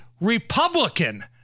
Republican